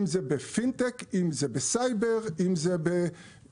אם זה בפינטק או זה בסייבר או אם זה ב-ICT,